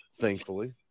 thankfully